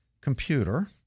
computer